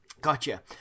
Gotcha